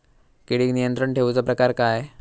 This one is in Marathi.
किडिक नियंत्रण ठेवुचा प्रकार काय?